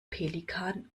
pelikan